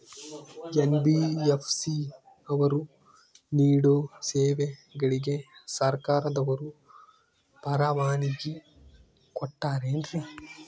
NBFC ಅವರು ನೇಡೋ ಸೇವೆಗಳಿಗೆ ಸರ್ಕಾರದವರು ಪರವಾನಗಿ ಕೊಟ್ಟಾರೇನ್ರಿ?